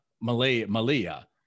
Malia